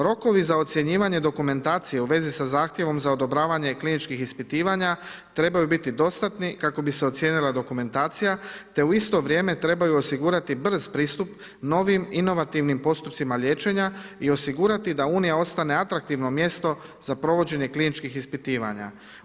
Rokovi za ocjenjivanje dokumentacije u vezi sa zahtjevom za odobravanje kliničkih ispitivanja trebaju biti dostatni kako bi se ocijenila dokumentacija te u isto vrijeme trebaju osigurati brz pristup novim, inovativnim postupcima liječenja i osigurati da unija ostane atraktivno mjesto za provođenje kliničkih ispitivanja.